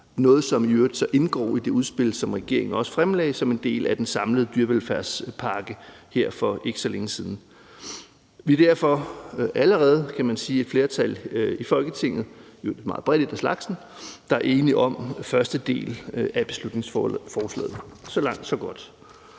noget, som i øvrigt indgår i det udspil, som regeringen også fremlagde som en del af den samlede dyrevelfærdspakke for ikke så længe siden. Vi er derfor allerede, kan man sige, et flertal i Folketinget – et meget bredt et af slagsen – der er enige om første del af beslutningsforslaget. Så langt, så godt.